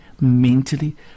mentally